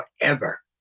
forever